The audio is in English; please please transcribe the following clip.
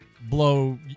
blow